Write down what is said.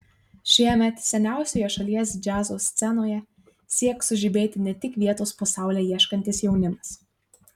šiemet seniausioje šalies džiazo scenoje sieks sužibėti ne tik vietos po saule ieškantis jaunimas